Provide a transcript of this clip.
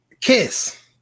Kiss